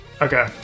okay